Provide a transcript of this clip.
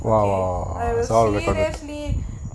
!wah! !wah! !wah! its all the